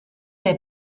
der